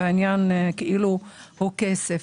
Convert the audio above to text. והעניין כאילו הוא כסף.